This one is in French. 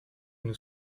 nous